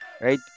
Right